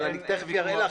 אבל תכף אענה לך,